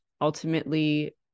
ultimately